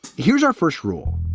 here's our first rule.